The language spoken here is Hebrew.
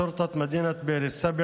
והוא תכף מכיניסט: